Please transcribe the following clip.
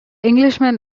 englishman